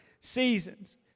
seasons